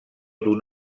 d’un